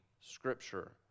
Scripture